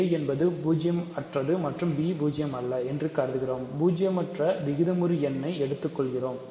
a என்பது பூஜ்ஜியம் அல்லாதது மற்றும் b பூஜ்ஜியம் அல்ல என்று கருதுகிறோம் பூஜ்ஜியமற்ற விகிதமுறு எண்ணை எடுத்துக்கொள்கிறோம்